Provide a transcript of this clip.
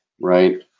Right